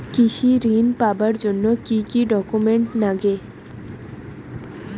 কৃষি ঋণ পাবার জন্যে কি কি ডকুমেন্ট নাগে?